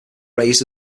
raised